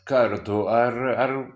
kartų ar ar